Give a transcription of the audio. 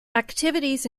activities